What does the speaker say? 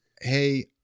hey